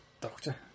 Doctor